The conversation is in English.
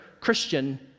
Christian